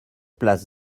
place